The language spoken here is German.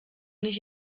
nicht